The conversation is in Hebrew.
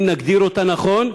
אם נגדיר אותה נכון,